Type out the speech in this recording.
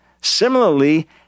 similarly